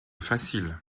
facile